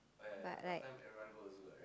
but like